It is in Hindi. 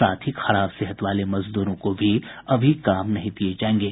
साथ ही खराब सेहत वाले मजदूरों को भी अभी काम नहीं दिये जायेंगे